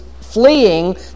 fleeing